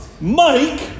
Mike